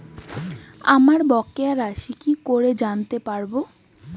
আমার বকেয়া রাশি কি করে জানতে পারবো?